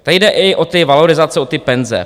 Tady jde i o ty valorizace, o ty penze.